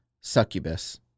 Succubus